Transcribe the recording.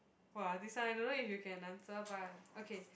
!wah! this one I don't know if you can answer but okay